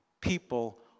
people